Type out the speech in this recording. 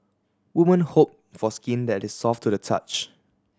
women hope for skin that is soft to the touch